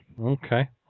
Okay